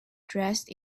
dressed